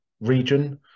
region